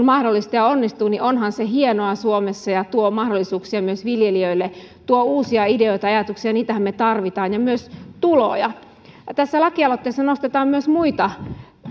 mahdollista ja onnistuu suomessa niin onhan se hienoa ja tuo mahdollisuuksia myös viljelijöille tuo uusia ideoita ja ajatuksia niitähän me tarvitsemme ja myös tuloja tässä lakialoitteessa nostetaan myös muita